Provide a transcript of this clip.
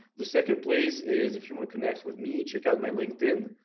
the second place is if you wanna connect with me, check out my linkedin,